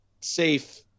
safe